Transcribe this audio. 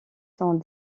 sont